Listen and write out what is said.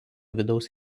vidaus